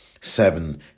seven